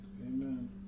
Amen